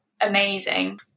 amazing